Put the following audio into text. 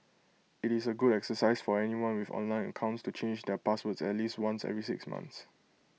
IT is A good exercise for anyone with online accounts to change their passwords at least once every six months